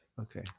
Okay